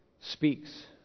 speaks